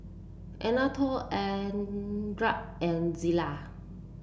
Anatole Andria and Zillah